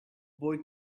boy